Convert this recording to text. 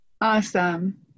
Awesome